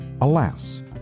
Alas